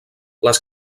les